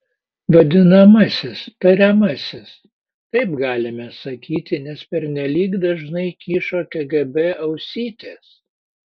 vadinamasis tariamasis taip galime sakyti nes pernelyg dažnai kyšo kgb ausytės